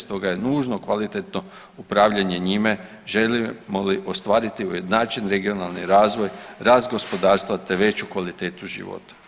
Stoga je nužno kvalitetno upravljanje njime želimo li ostvariti ujednačen regionalni razvoj, rast gospodarstva, te veću kvalitetu života.